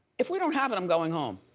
if we don't have it, i'm going home.